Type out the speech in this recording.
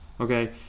okay